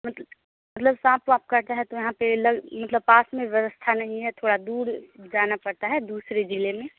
मत मतलब साँप वांप काटा है तो यहाँ पर लग मतलब पास में व्यवस्था नहीं है थोड़ा दूर जाना पड़ता है दूसरे जिले में